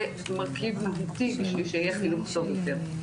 מרכיב מהותי בשביל שיהיה חינוך טוב יותר.